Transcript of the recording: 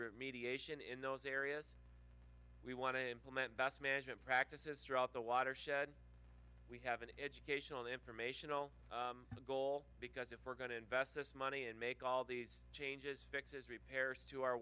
remediation in those areas we want to implement best management practices throughout the watershed we have an educational informational goal because if we're going to invest this money and make all these changes fixes repairs to our